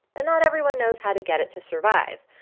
and not everyone knows how to get it to survive.